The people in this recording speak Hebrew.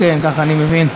כן, ככה אני מבין.